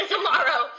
Tomorrow